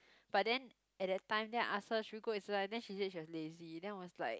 but then at that time then I ask her should we go exercise then she said she was lazy then I was like